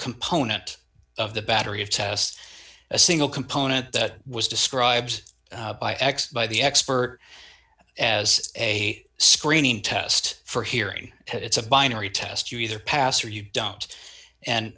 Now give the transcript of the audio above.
component of the battery of tests a single component that was described by x by the expert as a screening test for hearing it's a binary test you either pass or you don't and